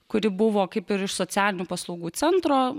kuri buvo kaip ir iš socialinių paslaugų centro